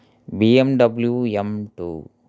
B M W M two